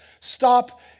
stop